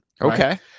Okay